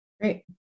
Great